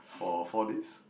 for four days